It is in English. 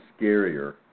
scarier